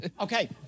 Okay